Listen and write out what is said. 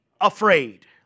afraid